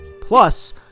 Plus